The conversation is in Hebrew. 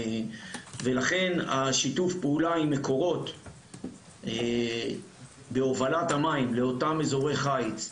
לכן שיתוף הפעולה עם מקורות בהובלת המים לאותם אזורי חיץ,